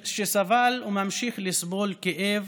שסבל וממשיך לסבול כאב